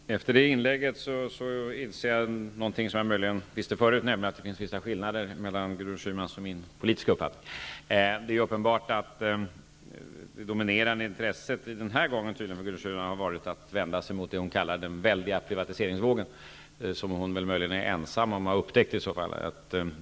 Herr talman! Efter det inlägget inser jag någonting som jag möjligen visste förut, nämligen att det finns vissa skillnader mellan Gudrun Schymans och min politiska uppfattning. Det är uppenbart att det dominerande intresset hos Gudrun Schyman den här gången har varit att vända sig mot vad hon kallar den väldiga privatiseringsvågen, som hon väl möjligen är ensam om att ha upptäckt.